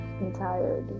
entirely